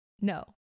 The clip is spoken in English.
no